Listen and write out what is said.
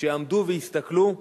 שעמדו והסתכלו.